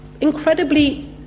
incredibly